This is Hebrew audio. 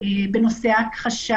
בנושא ההכחשה,